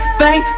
bang